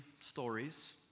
stories